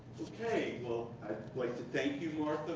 ok, well, i'd like to thank you, martha,